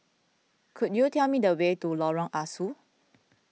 could you tell me the way to Lorong Ah Soo